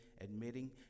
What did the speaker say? admitting